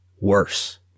worse